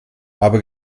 aber